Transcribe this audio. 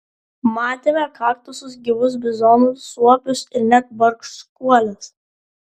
matėme kaktusus gyvus bizonus suopius ir net barškuoles